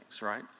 right